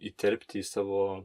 įterpti į savo